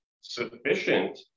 sufficient